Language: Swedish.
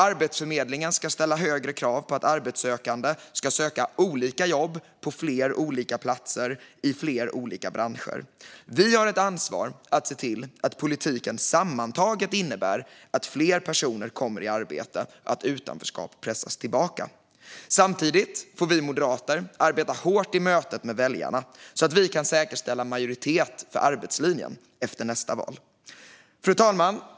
Arbetsförmedlingen ska ställa högre krav på att arbetssökande ska söka olika jobb på flera olika platser i flera olika branscher. Vi har ett ansvar att se till att politiken sammantaget innebär att fler personer kommer i arbete och att utanförskap pressas tillbaka. Samtidigt får vi moderater arbeta hårt i mötet med väljarna så att vi kan säkerställa majoritet för arbetslinjen efter nästa val. Fru talman!